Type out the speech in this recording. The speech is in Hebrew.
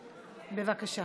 בבקשה,